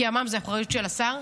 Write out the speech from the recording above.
כי ימ"מ זה באחריות של השר: